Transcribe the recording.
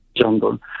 jungle